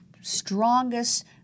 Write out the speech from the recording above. strongest